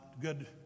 good